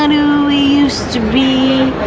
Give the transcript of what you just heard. and who we use to be,